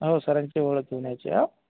हो सरांची ओळख घेऊन यायची हा